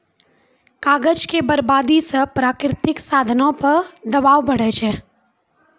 कागज के बरबादी से प्राकृतिक साधनो पे दवाब बढ़ै छै